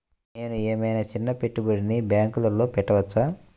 నేను ఏమయినా చిన్న పెట్టుబడిని బ్యాంక్లో పెట్టచ్చా?